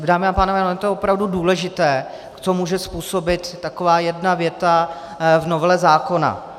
Dámy a pánové, ono je to opravdu důležité, co může způsobit taková jedna věta v novele zákona.